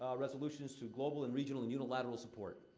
resolutions to global and regional and unilateral support.